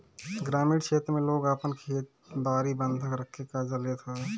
ग्रामीण क्षेत्र में लोग आपन खेत बारी बंधक रखके कर्जा लेत बाटे